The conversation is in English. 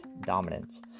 dominance